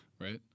Right